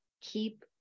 keep